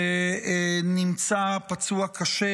שנמצא פצוע קשה,